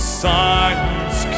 silence